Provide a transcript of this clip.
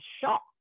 shock